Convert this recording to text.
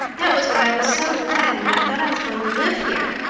that was why i was so glad when i thought i was going to live here.